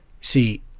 See